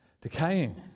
decaying